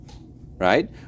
right